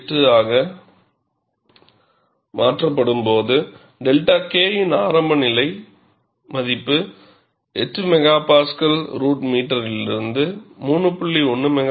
8 ஆக மாற்றப்படும்போது 𝛅 K ன் ஆரம்ப நிலை மதிப்பு 8 MPa √m லிருந்து 3